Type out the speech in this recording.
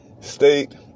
state